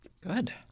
Good